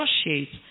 associate